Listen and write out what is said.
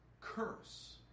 curse